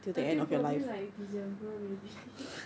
until probably like december maybe